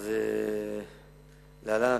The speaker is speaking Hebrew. אז להלן התשובה: